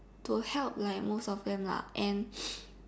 to help like most of them lah and